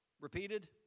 repeated